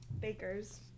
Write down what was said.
bakers